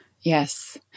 yes